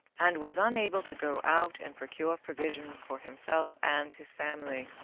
and was unable to go out and procure provisions for himself and his family.